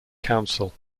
council